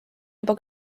juba